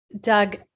Doug